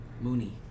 Mooney